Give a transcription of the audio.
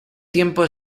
tiempo